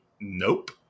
Nope